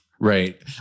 Right